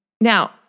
Now